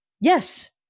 Yes